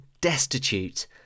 destitute